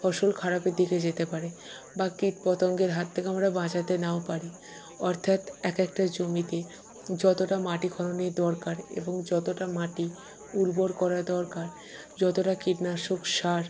ফসল খারাপের দিকে যেতে পারে বা কীট পতঙ্গের হাত থেকে আমরা বাঁচাতে নাও পারি অর্থাৎ এক একটা জমিতে যতোটা মাটি খননের দরকার এবং যতোটা মাটি উর্বর করা দরকার যতোটা কীটনাশক সার